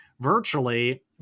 virtually